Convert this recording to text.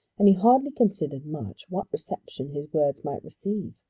and he hardly considered much what reception his words might receive.